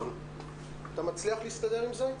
החינוך המיוחד.